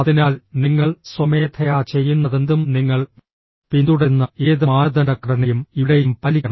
അതിനാൽ നിങ്ങൾ സ്വമേധയാ ചെയ്യുന്നതെന്തും നിങ്ങൾ പിന്തുടരുന്ന ഏത് മാനദണ്ഡ ഘടനയും ഇവിടെയും പാലിക്കണം